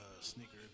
sneaker